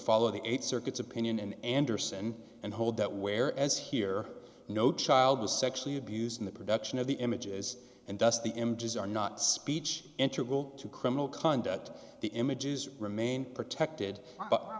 follow the eight circuits opinion anderson and hold that where as here no child was sexually abused in the production of the images and thus the images are not speech enterable to criminal conduct the images remain protected but